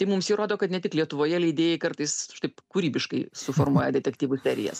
tai mums įrodo kad ne tik lietuvoje leidėjai kartais taip kūrybiškai suformuoja detektyvų serijas